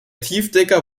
tiefdecker